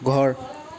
ঘৰ